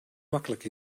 makkelijk